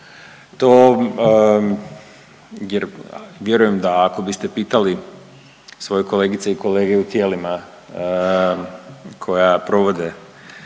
Jer vjerujem da ako biste pitali svoje kolegice i kolege u tijelima koja provode,